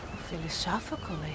Philosophically